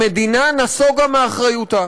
המדינה נסוגה מאחריותה.